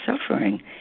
suffering